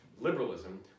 liberalism